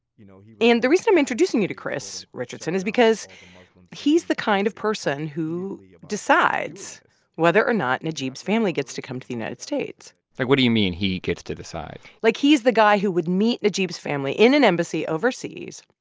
you know and the reason i'm introducing you to chris richardson is because he's the kind of person who decides whether or not najeeb's family gets to come to the united states like, what do you mean, he gets to decide? like, he's the guy who would meet najeeb's family in an embassy overseas,